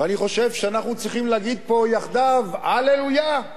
ואני חושב שאנחנו צריכים להגיד פה יחדיו: הללויה.